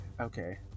Okay